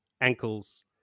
ankles